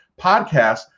podcast